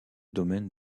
domaine